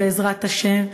בעזרת השם,